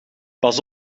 pas